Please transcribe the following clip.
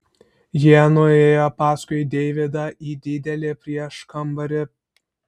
jie nuėjo paskui deividą į didelį prieškambarį